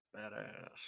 badass